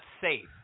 safe